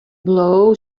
blow